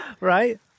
Right